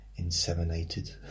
inseminated